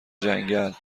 جنگل